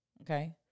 Okay